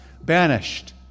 banished